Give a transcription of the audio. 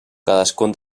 cadascun